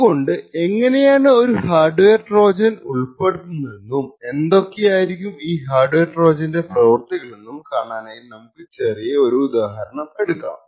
അതുകൊണ്ട് എങ്ങനെയാണ് ഒരു ഹാർഡ് വെയർ ട്രോജൻ ഉൾപ്പെടുത്തുന്നതെന്നും എന്തൊക്കെയായിരിക്കും ഈ ഹാർഡ് വെയർ ട്രോജന്റെ പ്രവർത്തികളെന്നും കാണാനായി നമുക്ക് ചെറിയ ഒരു ഉദാഹരണം എടുക്കാം